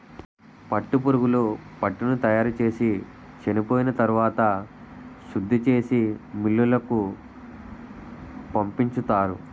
పట్టుపురుగులు పట్టుని తయారుచేసి చెనిపోయిన తరవాత శుద్ధిచేసి మిల్లులకు పంపించుతారు